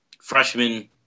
freshman